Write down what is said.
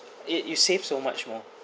you you save so much more